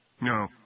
No